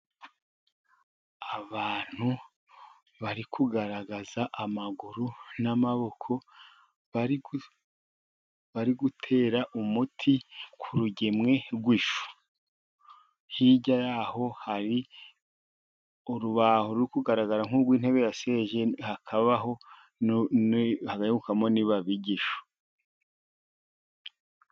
Abantu bari kugaragaza amaguru n'amaboko bari gutera umuti ku rugemwe rw'ishu. Hirya yaho hari urubaho ruri rukugaragara nk'urwintebe ya sheze, hakabaho hari kubegukamo nibabi ry'ishu.